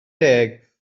deg